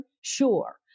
Sure